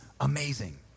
amazing